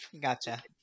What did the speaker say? Gotcha